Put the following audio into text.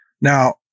Now